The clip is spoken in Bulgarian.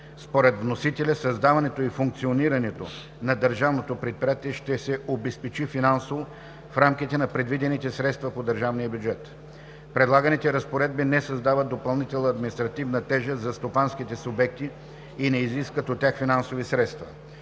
Според вносителя създаването и функционирането на държавното предприятие ще се обезпечи финансово в рамките на предвидените средства по държавния бюджет. Предлаганите разпоредби не създават допълнителна административна тежест за стопанските субекти и не изискват от тях финансови средства.